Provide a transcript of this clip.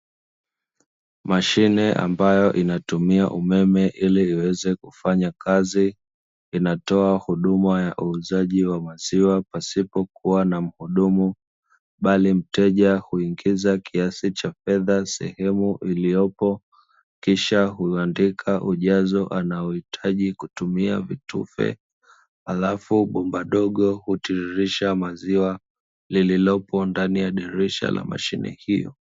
Mashine ambayo inatumia umeme, ili iweze kufanya kazi inatoa huduma ya uuzaji wa maziwa pasipokuwa na hudumu, bali mteja huingiza kiasi cha fedha iliyopo kisha huandika ujazo anaohaji kutumia vitufe alafu bomba dogo hutiririsha maziwa, iliyopo ndani dirisha la mashine hiyo.